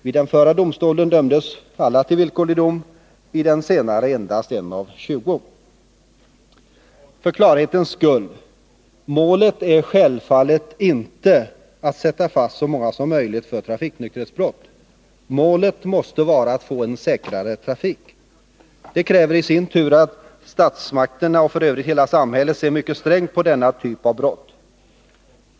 Vid domstolen i Trelleborg dömdes alla till villkorlig dom, men i Värnamo endast en av tjugo. För klarhetens skull: Målet är självfallet inte att sätta fast så många som möjligt för trafiknykterhetsbrott. Målet måste vara att få en säkrare trafik. Detta kräver i sin tur att statsmakterna, och f. ö. hela samhället, ser mycket strängt på denna typ av brott.